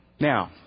Now